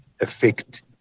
affect